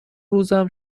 روزم